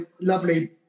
lovely